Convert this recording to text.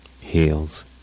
heals